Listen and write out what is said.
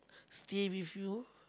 stay with you